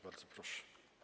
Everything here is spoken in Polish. Bardzo proszę.